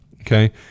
Okay